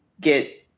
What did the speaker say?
get –